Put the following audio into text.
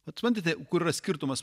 vat suprantate kur skirtumas